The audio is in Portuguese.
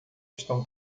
estão